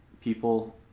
people